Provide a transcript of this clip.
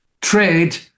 trade